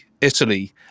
Italy